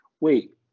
Wait